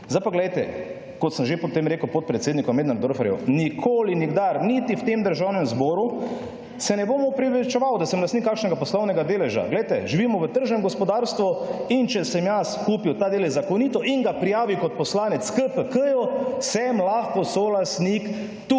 Zdaj pa glejte, kot sem že potem rekel podpredsedniku Möderndorferju, nikoli, nikdar, niti v tem Državnem zboru, se ne bom opravičeval, da sem lastnik kakšnega poslovnega deleža. Glejte, živimo v tržnem gospodarstvu in če sem jaz kupil ta delež zakonito in ga prijavil kot poslanec KPK, sem lahko solastnik